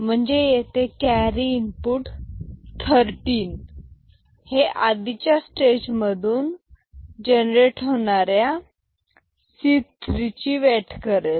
म्हणजे येथे carry input thirteen हे आधीच्या स्टेजमधून जनरेट होणाऱ्या c3 वेट करेल